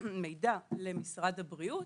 מידע למשרד הבריאות